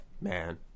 man